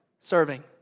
serving